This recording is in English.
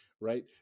right